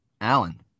Alan